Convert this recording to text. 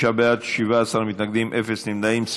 36 בעד, 17 מתנגדים, אפס נמנעים.